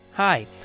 Hi